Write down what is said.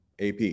AP